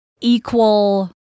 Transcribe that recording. equal